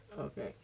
Okay